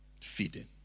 Feeding